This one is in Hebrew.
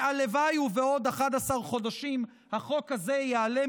והלוואי שבעוד 11 חודשים החוק הזה ייעלם